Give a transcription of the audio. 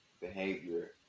behavior